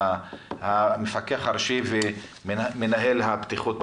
המפקח הראשי ומנהל הבטיחות בעבודה?